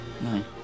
No